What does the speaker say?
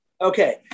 Okay